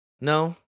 No